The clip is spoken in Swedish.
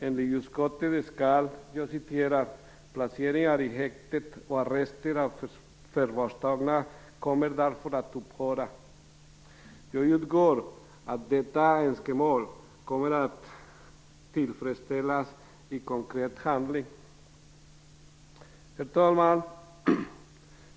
Enligt utskottet skall placeringar i häkte och arrester av förvarstagna komma att upphöra. Jag utgår ifrån att detta önskemål kommer att tillfredsställas genom konkret handling. Herr talman!